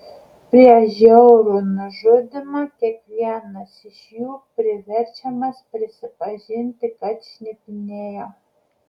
prieš žiaurų nužudymą kiekvienas iš jų priverčiamas prisipažinti kad šnipinėjo